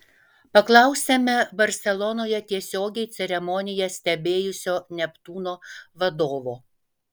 paklausėme barselonoje tiesiogiai ceremoniją stebėjusio neptūno vadovo